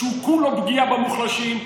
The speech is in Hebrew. שהוא כולו פגיעה במוחלשים,